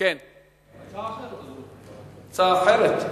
הצעה אחרת,